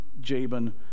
jabin